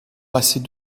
passait